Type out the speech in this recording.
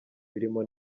birimo